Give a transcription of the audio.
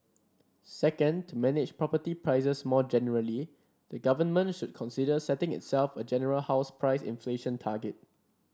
second to manage property prices more generally the government should consider setting itself a general house price inflation target